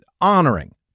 honoring